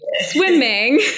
Swimming